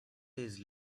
days